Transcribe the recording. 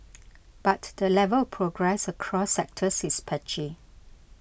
but the level of progress across sectors is patchy